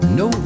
no